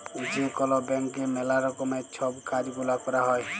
যে কল ব্যাংকে ম্যালা রকমের সব কাজ গুলা ক্যরা হ্যয়